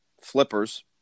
Flippers